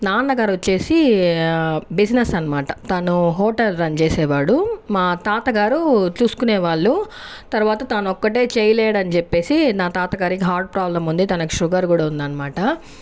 నాన్నగారు వచ్చేసి బిజినెస్ అనమాట తను హోటల్ రన్ చేసేవాడు మా తాతగారు చూసుకునే వాళ్ళు తర్వాత తను ఒక్కడే చేయలేడని చెప్పేసి నా తాతగారికి హార్ట్ ప్రాబ్లమ్ ఉంది తనకి షుగర్ కూడా ఉందనమాట